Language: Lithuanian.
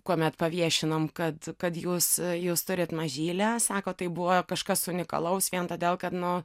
kuomet paviešinom kad kad jūs jūs turit mažylę sako tai buvo kažkas unikalaus vien todėl kad nu